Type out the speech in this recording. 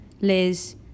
Liz